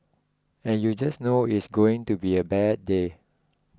and you just know it's going to be a bad day